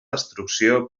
destrucció